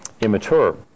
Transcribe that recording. immature